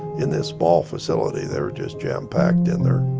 in this small facility, they were just jam-packed in there.